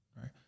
Right